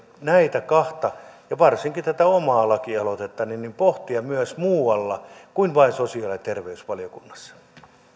näitä kahta ja varsinkin tätä omaa lakialoitettani pohtia myös muualla kuin vain sosiaali ja terveysvaliokunnassa